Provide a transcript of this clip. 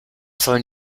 sollen